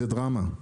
זו דרמה.